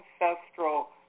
ancestral